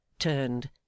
turned